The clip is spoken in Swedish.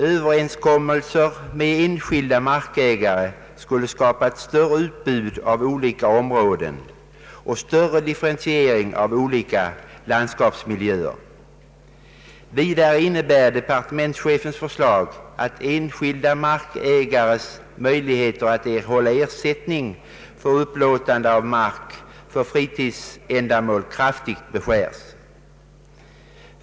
Överenskommelser med enskilda markägare skulle skapa ett större utbud av olika områden och större differentiering av olika landskapsmiljöer. Departementschefens förslag innebär vidare att enskilda markägares möjligheter att erhålla ersättning för upplåtande av mark för fritidsändamål kraftigt beskärs.